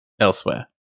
elsewhere